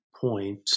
point